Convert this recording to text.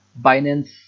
Binance